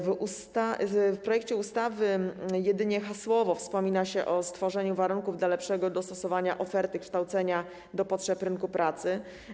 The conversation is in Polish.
W projekcie ustawy jedynie hasłowo wspomina się o stworzeniu warunków do lepszego dostosowania oferty kształcenia do potrzeb rynku pracy.